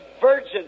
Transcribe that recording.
virgin